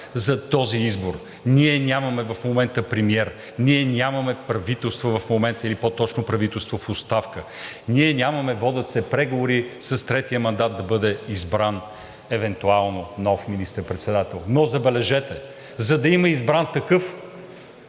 зад този избор. Ние нямаме в момента премиер, ние нямаме правителство в момента, или по-точно правителството е в оставка, ние нямаме – водят се преговори с третия мандат да бъде избран евентуално нов министър-председател, но забележете, за да има избран такъв,